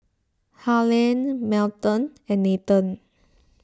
Harlan Melton and Nathen